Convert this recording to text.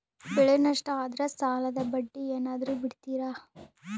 ಬೆಳೆ ನಷ್ಟ ಆದ್ರ ಸಾಲದ ಬಡ್ಡಿ ಏನಾದ್ರು ಬಿಡ್ತಿರಾ?